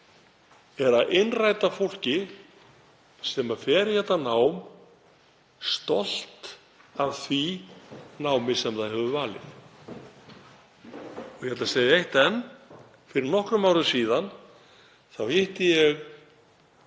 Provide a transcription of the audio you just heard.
er að innræta fólki sem fer í þetta nám stolt af því námi sem það hefur valið. Og ég ætla að segja eitt enn. Fyrir nokkrum árum hitti ég